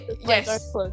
yes